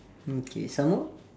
mm K some more